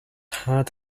had